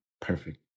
perfect